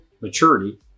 maturity